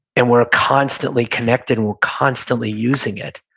and we're constantly connected and we're constantly using it.